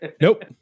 Nope